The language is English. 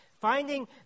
Finding